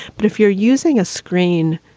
but if you're using a screen.